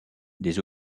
des